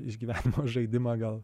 išgyvenimo žaidimą gal